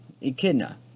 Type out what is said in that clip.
echidna